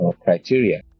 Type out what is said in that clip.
Criteria